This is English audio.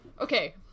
Okay